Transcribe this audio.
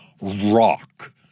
rock